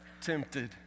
tempted